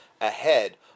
ahead